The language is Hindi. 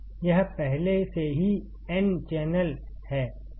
यह पहले से ही एन चैनल है